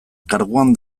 karguan